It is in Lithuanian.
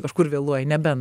kažkur vėluoja nebent